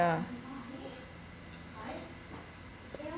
yeah